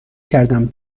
کردم